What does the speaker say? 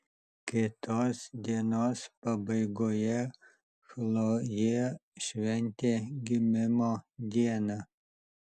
kitos dienos pabaigoje chlojė šventė gimimo dieną